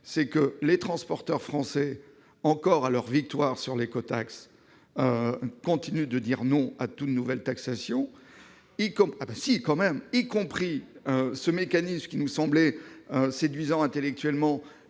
c'est que les transporteurs français, encore tout à leur victoire sur l'écotaxe, continuent de dire non à toute nouvelle taxation, y compris à ce mécanisme qui nous semblait séduisant intellectuellement